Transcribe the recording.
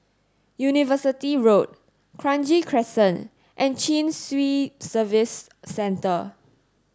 University Road Kranji Crescent and Chin Swee Service Centre